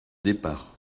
départ